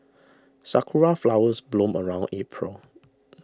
sakura flowers bloom around April